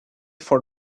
for